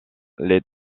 les